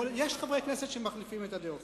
יש חברי כנסת שמחליפים את הדעות.